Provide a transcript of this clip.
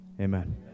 Amen